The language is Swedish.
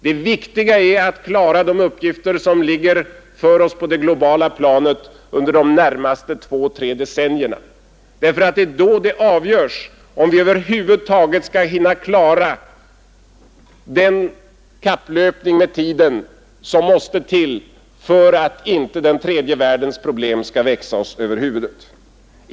Det viktiga är att fullfölja de uppgifter som ligger framför oss på det globala planet under de närmaste två tre decennierna, därför att det är då det avgörs om vi skall hinna klara den kapplöpning med tiden som måste till för att inte den tredje världens problem skall växa oss över huvudet.